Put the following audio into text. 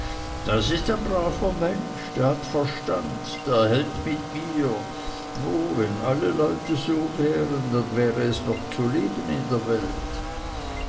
das ist ein braver mensch hat verstand der hält mit mir oh wenn die leute alle so wären dann wäre es noch zu leben in der welt